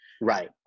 Right